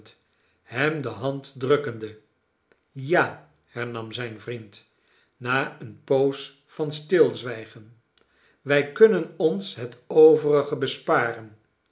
hem de hand drukkende ja hernam zijn vriend na eene poos van stilzwijgen wij kunnen ons het overige besparen